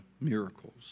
miracles